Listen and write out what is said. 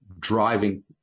driving